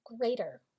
greater